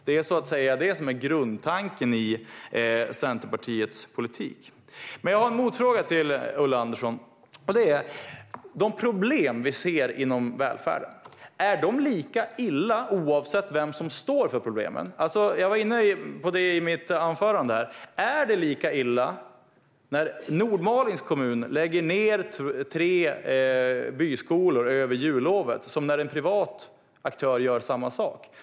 Det är så att säga det som är grundtanken i Centerpartiets politik. Jag har en motfråga till Ulla Andersson. De problem som vi ser inom välfärden, är de lika illa oavsett vem som står för problemen? Jag var inne på det i mitt anförande. Är det lika illa när Nordmalings kommun lägger ned tre byskolor under jullovet som när en privat aktör gör samma sak?